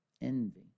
envy